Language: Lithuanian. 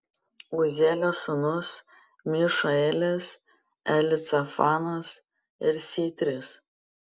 uzielio sūnūs mišaelis elicafanas ir sitris